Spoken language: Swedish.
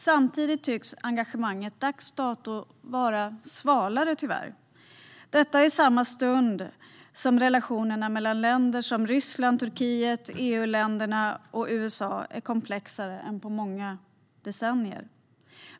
Samtidigt tycks engagemanget dags dato tyvärr vara svalare - detta i samma stund som relationerna mellan länder som Ryssland, Turkiet, EU-länderna och USA är mer komplexa än på många decennier.